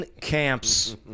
camps